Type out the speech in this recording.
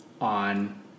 on